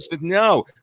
no